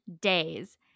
days